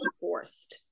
forced